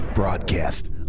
Broadcast